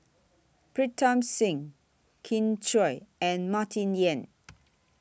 Pritam Singh Kin Chui and Martin Yan